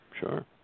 sure